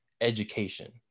education